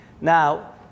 now